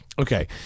okay